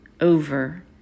over